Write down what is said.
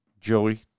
Joey